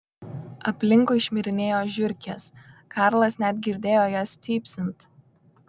aplinkui šmirinėjo žiurkės karlas net girdėjo jas cypsint